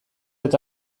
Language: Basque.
eta